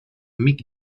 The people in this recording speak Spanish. mick